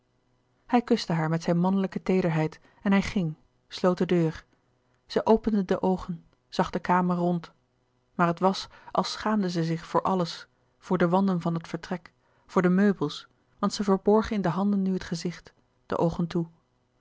hij kuste haar met zijn mannelijke teederheid en hij ging sloot de deur zij opende de oogen zag de kamer rond maar het was als schaamde zij zich voor alles voor de wanden van het vertrek voor de meubels want zij verborg in de handen nu het gezicht de oogen toe